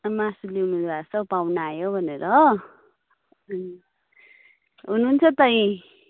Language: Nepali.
मासु ल्याउनु गएको छ आहु पाहुना आयो भनेर हो अँ हुनुन्छ त ई